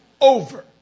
over